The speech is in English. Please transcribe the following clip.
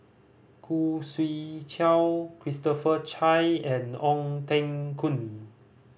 Khoo Swee Chiow Christopher Chia and Ong Teng Koon